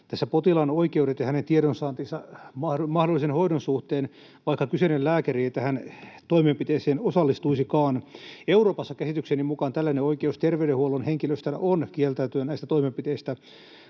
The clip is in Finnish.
potilaan oikeudet ja hänen tiedonsaantinsa mahdollisen hoidon suhteen, vaikka kyseinen lääkäri ei tähän toimenpiteeseen osallistuisikaan. Euroopassa käsitykseni mukaan terveydenhuollon henkilöstöllä on tällainen oikeus kieltäytyä näistä toimenpiteistä